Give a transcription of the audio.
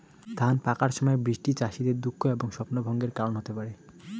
ধান পাকার সময় বৃষ্টি চাষীদের দুঃখ এবং স্বপ্নভঙ্গের কারণ হতে পারে